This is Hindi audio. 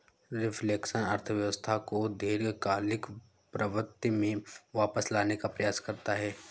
रिफ्लेक्शन अर्थव्यवस्था को दीर्घकालिक प्रवृत्ति में वापस लाने का प्रयास करता है